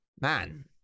Man